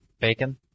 Bacon